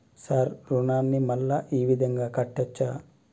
Sir రుణాన్ని మళ్ళా ఈ విధంగా కట్టచ్చా?